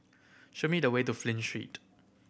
show me the way to Flint Street